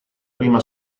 prima